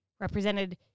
represented